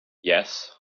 yes